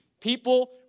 People